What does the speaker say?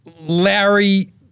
Larry